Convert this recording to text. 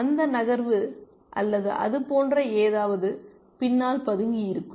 அந்த நகர்வு அல்லது அது போன்ற ஏதாவது பின்னால் பதுங்கியிருக்கும்